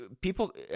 people